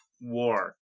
war